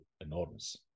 enormous